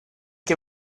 que